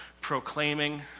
proclaiming